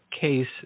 Case